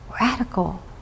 radical